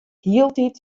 hieltyd